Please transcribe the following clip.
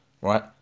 right